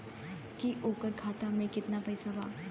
की ओकरा खाता मे कितना पैसा बा?